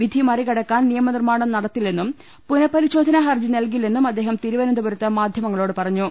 വിധി മറികടക്കാൻ നിയമ നിർമ്മാണം നടത്തില്ലെന്നും പുനഃപരിശോധനാഹർജി നൽകില്ലെന്നും അദ്ദേഹം തിരുവനന്തപുരത്ത് മാധൃമങ്ങ ളോട് പറ ഞ്ഞു